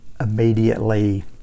immediately